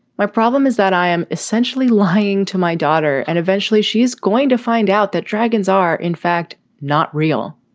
my problem is that i am essentially lying to my daughter and eventually she is going to find out that dragons are in fact not real.